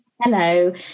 Hello